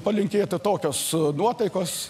palinkėti tokios nuotaikos